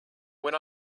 when